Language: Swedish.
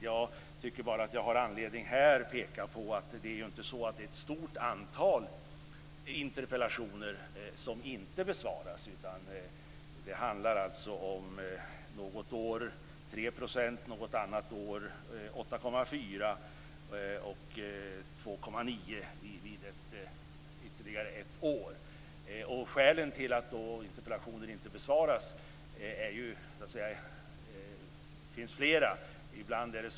Jag har här bara anledning att peka på att det inte är något stort antal interpellationer som inte besvaras, utan det handlar ett år om 3 %, ett annat år om 8,4 % och ytterligare ett år om 2,9 %. Det kan finnas flera skäl till att interpellationer inte besvaras.